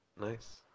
Nice